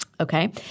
Okay